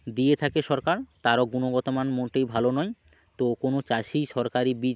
দিয়ে থাকে সরকার তারও গুণগত মান মোটেই ভালো নয় তো কোনো চাষিই সরকারি বীজ